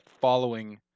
following